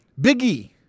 Biggie